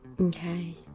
Okay